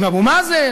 עם אבו מאזן?